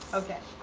okay.